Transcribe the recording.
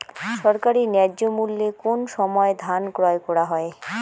সরকারি ন্যায্য মূল্যে কোন সময় ধান ক্রয় করা হয়?